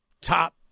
top